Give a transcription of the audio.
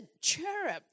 cherub